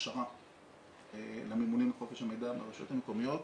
הכשרה לממונים על חופש המידע ברשויות המקומיות.